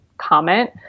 comment